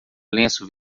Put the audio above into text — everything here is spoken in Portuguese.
lenço